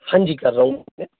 हाँ जी कर रहा हूँ मैं